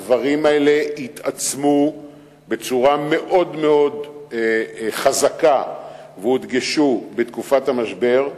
הדברים האלה התעצמו בצורה מאוד מאוד חזקה והודגשו בתקופת המשבר,